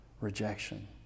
rejection